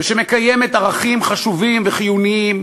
ושמקיימת ערכים חשובים וחיוניים